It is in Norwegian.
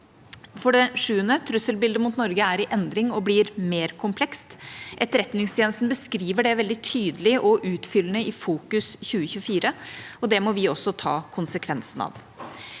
For det sjuende: Trusselbildet mot Norge er i endring og blir mer komplekst. Etterretningstjenesten beskriver det veldig tydelig og utfyllende i Fokus 2024, og det må vi også ta konsekvensene av.